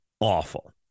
awful